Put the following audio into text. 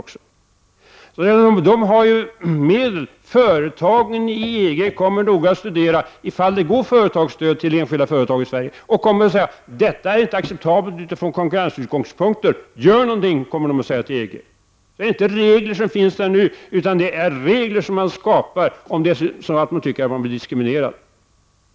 Företagen i EG kommer alltså att noga studera om enskilda företag i Sverige får stöd. Från EG kommer man då att säga att det inte är acceptabelt från konkurrensutgångspunkt. EG kommer att kräva att något görs mot detta. Det är inte fråga om regler som finns nu, utan det är regler som skapas om man inom EG anser att man blir diskriminerad.